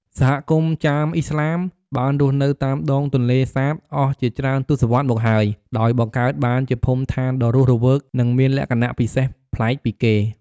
សហគមន៍ចាមឥស្លាមបានរស់នៅតាមដងទន្លេសាបអស់ជាច្រើនសតវត្សរ៍មកហើយ ដោយបង្កើតបានជាភូមិឋានដ៏រស់រវើក និងមានលក្ខណៈពិសេសប្លែកពីគេ។